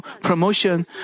promotion